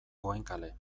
goenkale